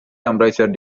temperatures